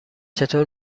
چطور